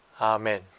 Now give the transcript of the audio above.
Amen